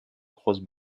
grosse